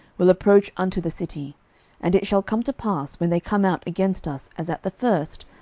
will approach unto the city and it shall come to pass, when they come out against us, as at the first,